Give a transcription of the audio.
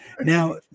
Now